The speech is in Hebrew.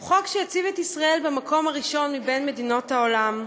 הוא חוק שיציב את ישראל במקום הראשון במדינות העולם,